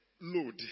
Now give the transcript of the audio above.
load